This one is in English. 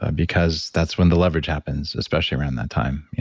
because that's when the leverage happens, especially around that time,